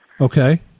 Okay